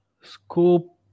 Scope